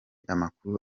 amakuru